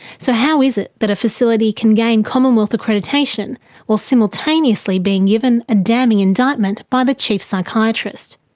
so how is it that a facility can gain commonwealth accreditation while simultaneously being given a damning indictment by the chief psychiatrist?